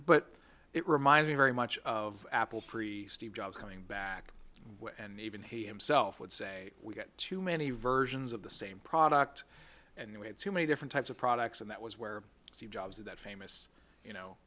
but it reminds me very much of apple pre steve jobs coming back and even he himself would say we get too many versions of the same product and we had too many different types of products and that was where steve jobs at that famous you know